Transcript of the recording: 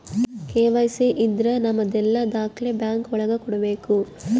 KYC ಇದ್ರ ನಮದೆಲ್ಲ ದಾಖ್ಲೆ ಬ್ಯಾಂಕ್ ಒಳಗ ಕೊಡ್ಬೇಕು